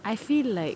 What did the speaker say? I feel like